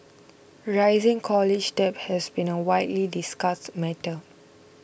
rising college debt has been a widely discussed matter